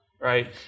right